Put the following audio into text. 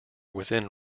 within